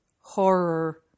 horror